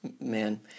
man